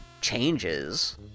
changes